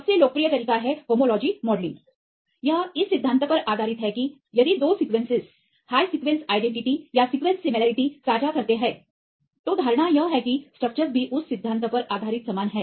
सबसे लोकप्रिय तरीका है होमोलॉजी मॉडलिंग यह इस सिद्धांत पर आधारित है कि यदि दो सीक्वेंसेस हाय सीक्वेंस आईडेंटिटी या सीक्वेंस सिमिलरिटी साझा करते हैं तो धारणा यह है कि स्ट्रक्चर्स भी उस सिद्धांत पर आधारित समान हैं